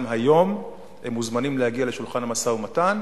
גם היום הם מוזמנים להגיע לשולחן המשא-ומתן.